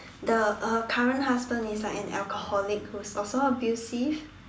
the her current husband is like an alcoholic who's also abusive